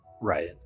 Right